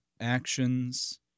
actions